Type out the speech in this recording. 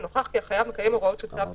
נוכח כי החייב מקיים הוראות של צו תשלומים".